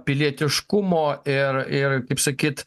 pilietiškumo ir ir kaip sakyt